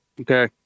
Okay